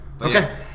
Okay